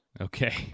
Okay